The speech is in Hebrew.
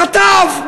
כתב,